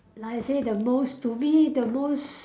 like I say the most to me the most